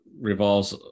revolves